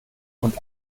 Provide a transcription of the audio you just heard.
und